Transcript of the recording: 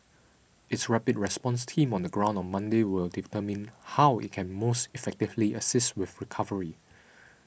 its rapid response team on the ground on Monday will determine how it can most effectively assist with recovery